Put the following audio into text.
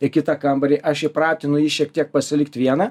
į kitą kambarį aš įpratinu jį šiek tiek pasilikt vieną